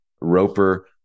Roper